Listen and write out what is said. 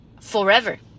forever